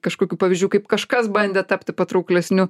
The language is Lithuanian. kažkokių pavyzdžių kaip kažkas bandė tapti patrauklesniu